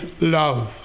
love